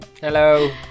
Hello